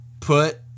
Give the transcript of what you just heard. put